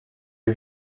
est